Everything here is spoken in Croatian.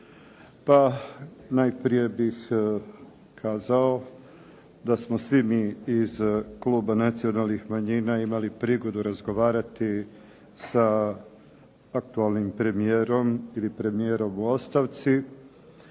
Pa najprije bih kazao da smo svi mi iz Kluba nacionalnih manjina imali prigodu razgovarati sa aktualnim premijerom ili premijerom u ostavci